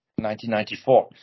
1994